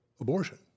abortion